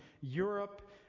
Europe